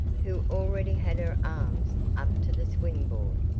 who already had her arms up to the swing board.